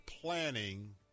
planning